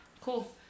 cool